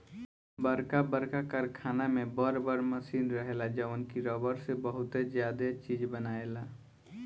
बरका बरका कारखाना में बर बर मशीन रहेला जवन की रबड़ से बहुते ज्यादे चीज बनायेला